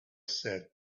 said